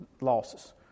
losses